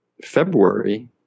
February